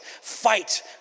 fight